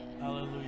Hallelujah